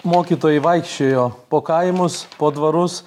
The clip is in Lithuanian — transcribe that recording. mokytojai vaikščiojo po kaimus po dvarus